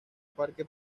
parque